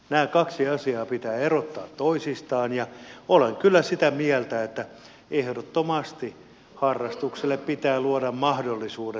nämä kaksi asiaa pitää erottaa toisistaan ja olen kyllä sitä mieltä että ehdottomasti harrastukselle pitää luoda mahdollisuudet